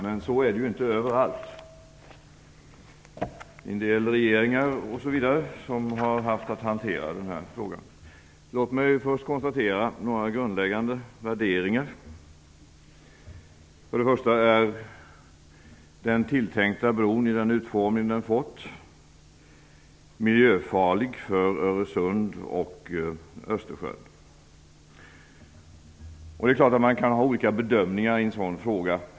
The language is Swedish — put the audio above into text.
Men så är det inte överallt, t.ex. i en del regeringar som har haft att hantera denna fråga. Låt mig först ta upp några grundläggande värderingar. Först och främst är den tilltänkta bron i den utformning den har fått miljöfarlig för Öresund och Östersjön. Det är klart att det går att göra olika bedömningar i en sådan fråga.